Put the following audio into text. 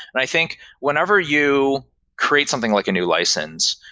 i think whenever you create something like a new license,